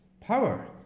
power